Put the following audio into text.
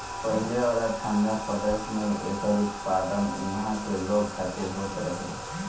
पहिले वाला ठंडा प्रदेश में एकर उत्पादन उहा के लोग खातिर होत रहे